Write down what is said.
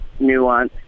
nuanced